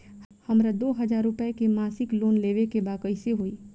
हमरा दो हज़ार रुपया के मासिक लोन लेवे के बा कइसे होई?